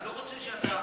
אני לא רוצה שאתה,